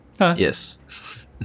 Yes